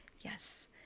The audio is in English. Yes